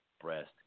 breast